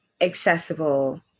accessible